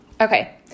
Okay